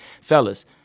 fellas